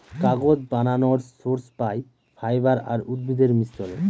কাগজ বানানর সোর্স পাই ফাইবার আর উদ্ভিদের মিশ্রনে